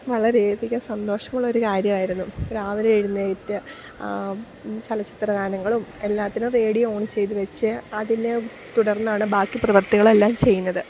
വളരെയധികം സന്തോഷമുള്ളൊരു കാര്യമായിരുന്നു രാവിലെ എഴുന്നേറ്റ് ചലച്ചിത്ര ഗാനങ്ങളും എല്ലാത്തിനും റേഡിയോ ഓൺ ചെയ്തുവച്ച് അതിനെത്തുടർന്നാണു ബാക്കി പ്രവൃത്തികളെല്ലാം ചെയ്യുന്നത്